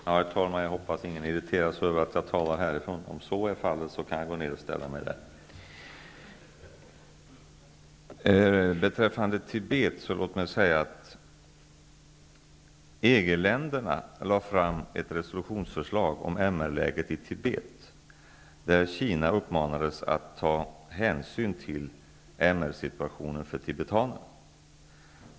Herr talman! Jag hoppas att ingen irriterar sig på att jag talar från talarstolen. Om så är fallet kan jag gå ner och ställa mig i bänken. Låt mig säga att EG-länderna lade fram ett resolutionsförslag om MR-läget i Tibet, där Kina uppmanades att ta hänsyn till MR-situationen för tibetanerna.